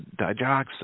digoxin